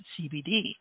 CBD